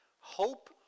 hope